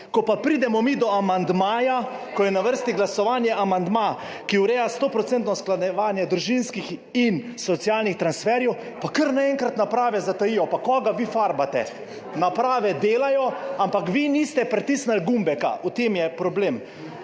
Ko pa pridemo mi do amandmaja, ko je na vrsti za glasovanje amandma, ki ureja stoprocentno usklajevanje družinskih in socialnih transferjev, pa kar naenkrat naprave zatajijo! Pa koga vi farbate?! Naprave delajo, ampak vi niste pritisnili gumbka, v tem je problem.